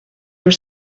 your